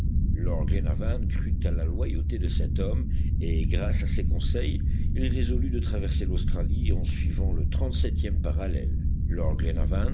glenarvan crut à la loyauté de cet homme et grâce à ses conseils il résolut de traverser l'australie en suivant le trente-septième parallèle lord